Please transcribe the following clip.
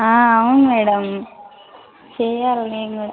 అవును మేడం చేయాలి నేను